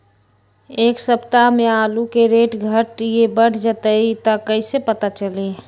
एक सप्ताह मे आलू के रेट घट ये बढ़ जतई त कईसे पता चली?